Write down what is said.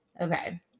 okay